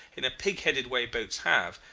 in a pig-headed way boats have,